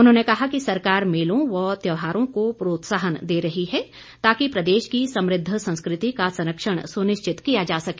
उन्होंने कहा कि सरकार मेलों व त्यौहारों को प्रोत्साहन दी रही है ताकि प्रदेश की समृद्ध संस्कृति का संरक्षण सुनिश्चित किया जा सके